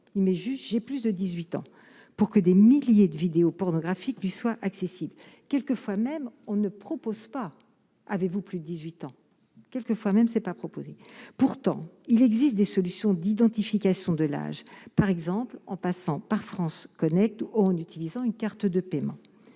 il met juste j'ai plus de 18 ans pour que des milliers de vidéos pornographiques du soit accessible, quelques fois même, on ne propose pas, avez-vous plus 18 ans, quelques fois même, ce n'est pas proposé, pourtant il existe des solutions d'identification de l'âge, par exemple, en passant par France Connect en utilisant une carte de paiement,